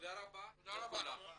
תודה רבה לכולם.